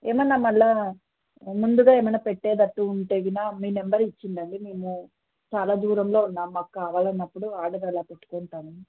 ఏమైనా మళ్ళా ముందుగా ఏమైనా పెట్టేటట్టు ఉంటే ఏమైనా మీ నెంబర్ ఇవ్వండి మేము చాలా దూరంలో ఉన్నాం మాకు కావాలన్నప్పుడు ఆర్డర్ ఎలా పెట్టుకుంటాము